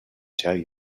tell